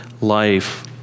life